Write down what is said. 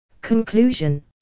Conclusion